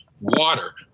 water